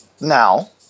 Now